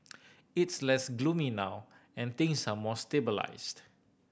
it's less gloomy now and things are more stabilised